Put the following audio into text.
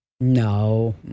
No